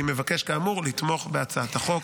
אני מבקש, כאמור, לתמוך בהצעת החוק.